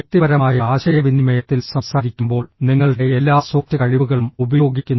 വ്യക്തിപരമായ ആശയവിനിമയത്തിൽ സംസാരിക്കുമ്പോൾ നിങ്ങളുടെ എല്ലാ സോഫ്റ്റ് കഴിവുകളും ഉപയോഗിക്കുന്നു